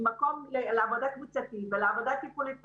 עם מקום לעבודה קבוצתית ולעבודה טיפולית פרטנית,